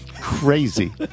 crazy